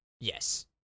Yes